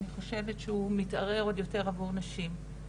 אני חושבת שהוא מתערער עוד יותר עבור נשים.